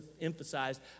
emphasized